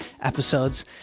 episodes